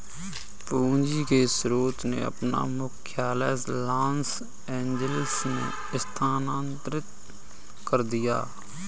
पूंजी के स्रोत ने अपना मुख्यालय लॉस एंजिल्स में स्थानांतरित कर दिया